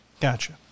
Gotcha